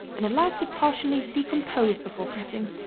and allowed to partially decompose before pressing.